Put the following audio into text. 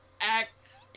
act